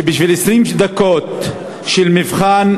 שבשביל 20 דקות של מבחן,